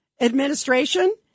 administration